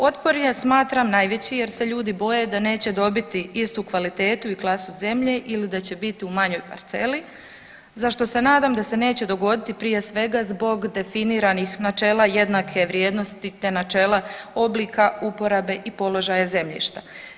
Otpor je smatram najveći jer se ljudi boje da neće dobiti istu kvalitetu i klasu zemlje ili da će biti u manjoj parceli zašto se nadam da se neće dogoditi prije svega zbog definiranih načela jednake vrijednosti te načela oblika uporabe i položaja zemljišta.